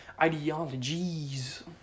ideologies